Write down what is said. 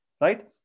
right